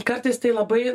kartais tai labai